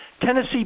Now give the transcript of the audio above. Tennessee